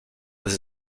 des